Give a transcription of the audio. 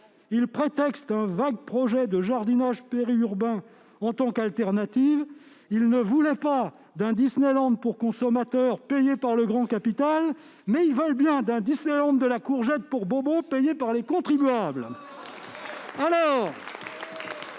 Ils prétextent un vague projet de jardinage périurbain présenté comme une solution de substitution. Ils ne voulaient pas d'un Disneyland pour consommateurs payé par le grand capital, mais ils veulent bien d'un Disneyland de la courgette pour bobos, payé par les contribuables.